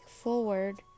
forward